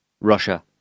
Russia